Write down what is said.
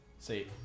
See